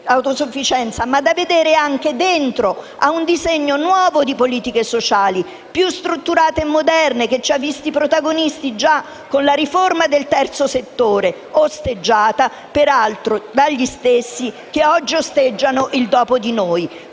da inserire anche all'interno di un disegno nuovo di politiche sociali, più strutturate e moderne, che ci ha visti protagonisti già con la riforma del terzo settore, osteggiata peraltro dagli stessi che oggi osteggiano il "dopo di noi".